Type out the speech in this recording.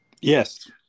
Yes